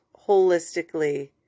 holistically